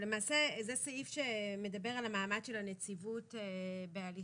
למעשה זה סעיף שמדבר על המעמד של הנציבות בהליכים,